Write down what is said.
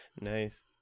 Nice